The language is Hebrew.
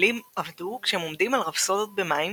והפועלים עבדו כשהם עומדים על רפסודות במים